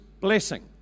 blessing